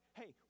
hey